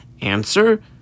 Answer